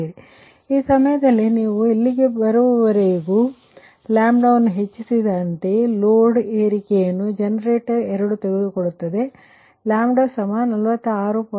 ಆದ್ದರಿಂದ ಆ ಸಮಯದಲ್ಲಿ ನೀವು ಇಲ್ಲಿಗೆ ಬರುವವರೆಗೂ ನೀವು ಹೆಚ್ಚಿಸಿದರೆ ಆದ್ದರಿಂದ ನೀವು ಆ ಲೋಡ್ ಏರಿಕೆಯನ್ನು ಜನರೇಟರ್ 2 ತೆಗೆದುಕೊಳ್ಳುತ್ತದೆ ಮತ್ತು ಎರಡೂ 46